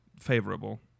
favorable